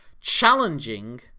challenging